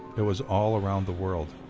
it was all around the world.